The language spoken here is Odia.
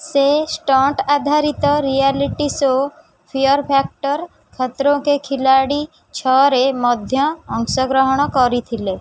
ସେ ଷ୍ଟଣ୍ଟ୍ ଆଧାରିତ reality show fear factor Khatron Ke Khiladi ଛଅରେ ମଧ୍ୟ ଅଂଶଗ୍ରହଣ କରିଥିଲେ